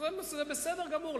וזה בסדר גמור,